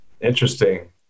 Interesting